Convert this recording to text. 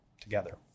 together